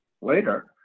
Later